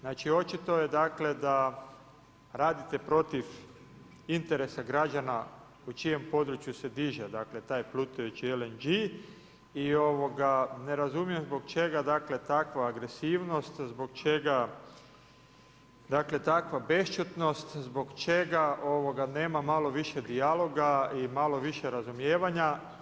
Znači, očito je dakle, da radite protiv interesa građana u čijem području se diže taj plutajući LNG i ne razumije zbog čega dakle, takva agresivnost, zbog čega takva bešćutnost, zbog čega nema malo više dijaloga i malo više razumijevanja.